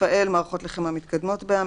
רפא"ל מערכות לחימה מתקדמות בע"מ,